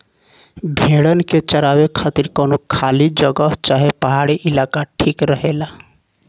भेड़न के चरावे खातिर कवनो खाली जगह चाहे पहाड़ी इलाका ठीक रहेला